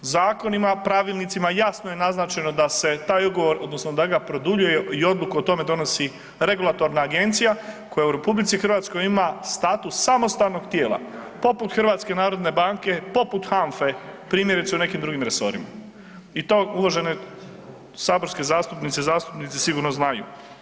Zakonima, Pravilnicima, jasno je naznačeno da se taj ugovor odnosno da ga produljuje i odluku o tome donosi regulatorna agencija koja u RH ima status samostalnog tijela, poput HNB-a, poput HANFA-e, primjerice u nekim drugim resorima i to uvažene saborske zastupnice i zastupnici sigurno znaju.